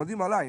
המדים עליי,